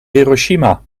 hiroshima